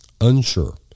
Unsure